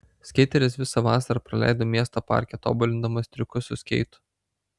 skeiteris visą vasarą praleido miesto parke tobulindamas triukus su skeitu